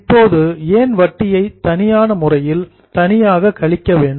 இப்போது ஏன் வட்டியை தனியான முறையில் தனியாக கழிக்க வேண்டும்